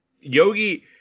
yogi